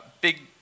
big